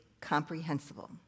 comprehensible